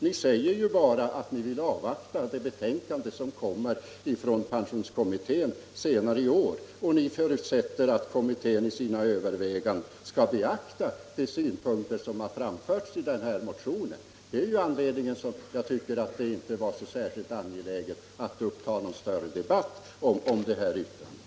Där säger ni ju bara att ni vill avvakta det betänkande som skall komma från pensionskommittén senare i år och att ni förutsätter att kommittén i sina överväganden skall beakta de synpunkter som har framförts i motionen. Det uttalandet tyckte jag inte gav mig anledning att ta upp någon större debatt om det här yttrandet.